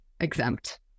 exempt